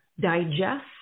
digest